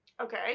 Okay